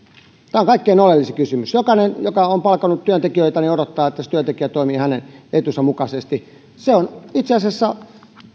tämä on kaikkein oleellisin kysymys jokainen joka on palkannut työntekijöitä odottaa että työntekijä toimii hänen etunsa mukaisesti se on itse asiassa